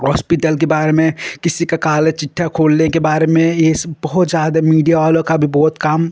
hospital के बारे में किसी का काला चिट्ठा खोलने के बारे में यह सब बहुत ज़्यादा मीडिया वालों का भी बहुत काम